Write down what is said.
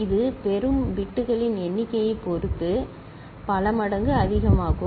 இது பெறும் பிட்டுகளின் எண்ணிக்கையைப் பொறுத்து பல மடங்கு அதிகமாகும்